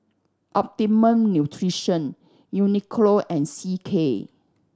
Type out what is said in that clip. Optimum Nutrition Uniqlo and C K